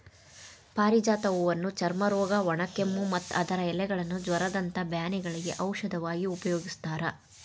ಪಾರಿಜಾತ ಹೂವನ್ನ ಚರ್ಮರೋಗ, ಒಣಕೆಮ್ಮು, ಮತ್ತ ಅದರ ಎಲೆಗಳನ್ನ ಜ್ವರದಂತ ಬ್ಯಾನಿಗಳಿಗೆ ಔಷಧವಾಗಿ ಉಪಯೋಗಸ್ತಾರ